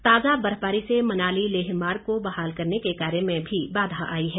ताजा बर्फबारी से मनाली लेह मार्ग को बहाल करने के कार्य में भी बाधा आई है